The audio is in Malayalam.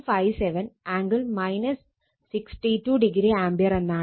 57 ആംഗിൾ 62o ആംപിയർ എന്നാണ്